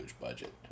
budget